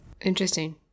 Interesting